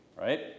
Right